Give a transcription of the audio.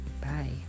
Bye